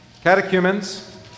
Catechumens